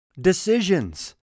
decisions